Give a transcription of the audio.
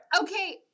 Okay